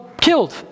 killed